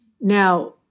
Now